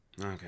Okay